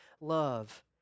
love